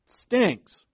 stinks